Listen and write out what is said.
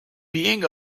being